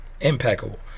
impeccable